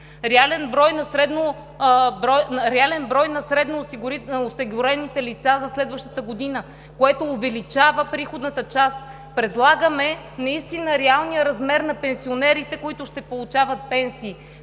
реален брой на средноосигурените лица за следващата година, което увеличава приходната част. Предлагаме наистина реалния размер на пенсионерите, които ще получават пенсии.